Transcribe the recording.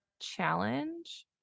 Challenge